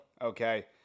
Okay